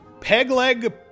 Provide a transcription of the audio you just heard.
peg-leg